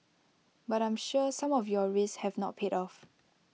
but I'm sure some of your risks have not paid off